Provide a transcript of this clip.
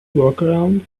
workaround